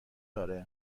آره